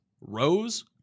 Rose